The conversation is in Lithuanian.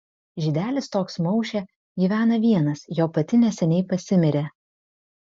žydelis toks maušė gyvena vienas jo pati neseniai pasimirė